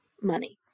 money